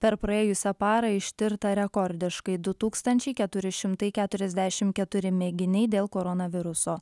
per praėjusią parą ištirta rekordiškai du tūkstančiai keturi šimtai keturiasdešimt keturi mėginiai dėl koronaviruso